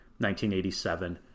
1987